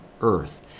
earth